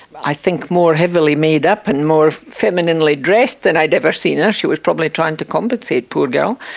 i think more heavily made-up and more femininely dressed than i'd ever seen her. she was probably trying to compensate, poor girl.